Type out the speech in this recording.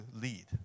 lead